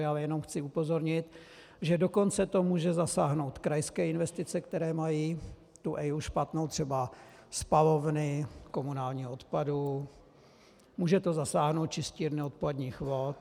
Ale jenom chci upozornit, že to dokonce může zasáhnout krajské investice, které mají špatnou EIA, třeba spalovny komunálních odpadů, může to zasáhnout čistírny odpadních vod.